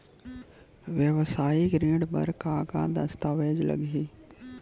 वेवसायिक ऋण बर का का दस्तावेज लगही?